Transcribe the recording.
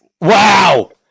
Wow